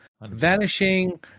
vanishing